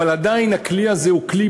אבל עדיין הכלי הזה הוא כלי,